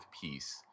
peace